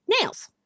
nails